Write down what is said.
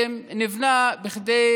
שנבנה כדי